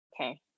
Okay